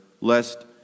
lest